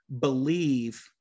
believe